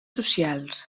socials